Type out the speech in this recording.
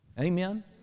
Amen